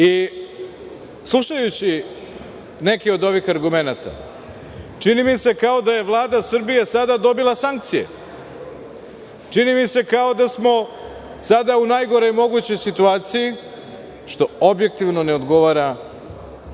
EU.Slušajući neke od ovih argumenata, čini mi se kao da je Vlada Srbije sada dobila sankcije. Čini mi se kao da smo sada u najgoroj mogućoj situaciji, što objektivno ne odgovara